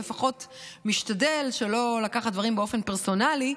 או לפחות משתדל שלא לקחת דברים באופן פרסונלי.